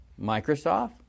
Microsoft